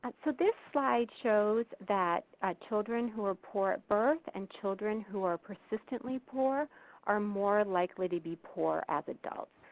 so this slide shows that children who are poor at birth and children who are persistently poor are more likely to be poor as adults.